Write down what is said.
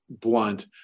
Blunt